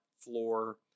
floor